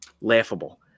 Laughable